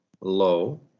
low